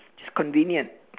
just convenient